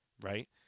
right